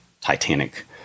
Titanic